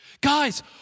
Guys